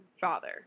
father